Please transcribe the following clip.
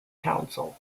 council